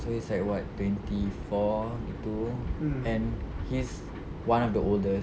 so it's like what twenty four gitu and he's one of the oldest